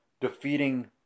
defeating